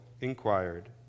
inquired